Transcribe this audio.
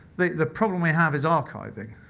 the the problem we have is archiving.